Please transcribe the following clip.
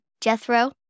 Jethro